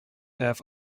have